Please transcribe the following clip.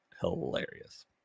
Hilarious